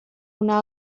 una